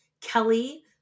Kelly